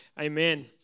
Amen